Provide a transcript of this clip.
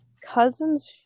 cousin's